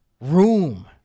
room